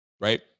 right